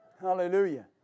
Hallelujah